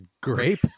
grape